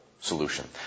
solution